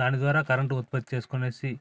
దాని ద్వారా కరెంటు ఉత్పత్తి చేసుకొనేసి